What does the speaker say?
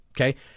Okay